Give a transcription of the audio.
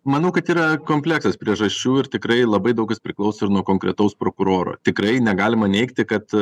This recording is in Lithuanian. manau kad yra kompleksas priežasčių ir tikrai labai daug kas priklauso ir nuo konkretaus prokuroro tikrai negalima neigti kad